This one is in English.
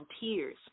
volunteers